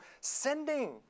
sending